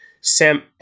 Sam